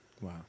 Wow